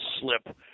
slip